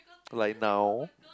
right now